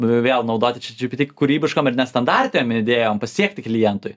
vėl naudoti čiat džipiti kūrybiškom ir nestandartėm idėjom pasiekti klientui